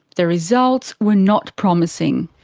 the results were not promising.